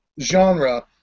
genre